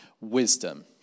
wisdom